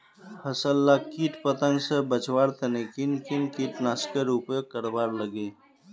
फसल लाक किट पतंग से बचवार तने किन किन कीटनाशकेर उपयोग करवार लगे?